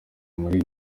muri